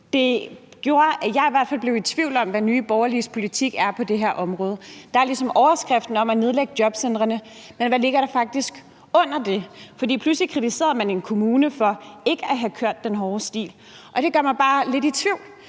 fald blev i tvivl om, hvad Nye Borgerliges politik er på det her område. Der er ligesom overskriften om at nedlægge jobcentrene, men hvad ligger der faktisk i det? For pludselig kritiserede man en kommune for ikke at have kørt den hårde stil, og det gør mig bare lidt i tvivl,